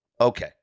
okay